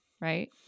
right